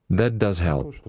that does help.